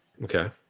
Okay